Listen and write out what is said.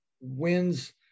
Wins